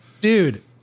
Dude